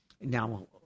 now